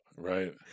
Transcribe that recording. right